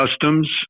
customs